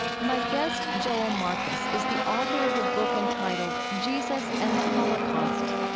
my guest, joel marcus, is the author of a book entitled jesus and the holocaust.